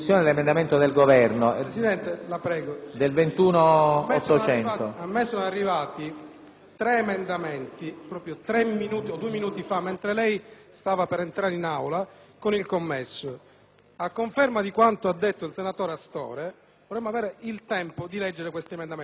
A me sono stati consegnati tre emendamenti due minuti fa, mentre lei stava per entrare in Aula. A conferma di quanto ha detto il senatore Astore, vorremmo avere il tempo di leggere questi emendamenti. Noi non abbiamo partecipato a nessun